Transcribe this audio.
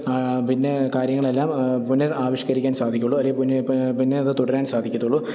പിന്നെ കാര്യങ്ങളെല്ലാം പുനരാവിഷ്കരിക്കാൻ സാധിക്കുകയുള്ളു അതുപോലെ പിന്നേ അത് തുടരാൻ സാധിക്കത്തുള്ളു